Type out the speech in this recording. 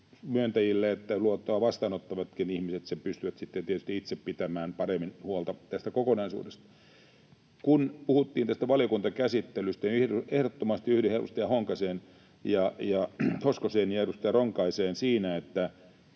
ihmisille, jotka pystyvät sitten tietysti itse pitämään paremmin huolta tästä kokonaisuudesta. Kun puhuttiin tästä valiokuntakäsittelystä, niin ehdottomasti yhdyn edustaja Hoskoseen ja edustaja Ronkaiseen siinä, että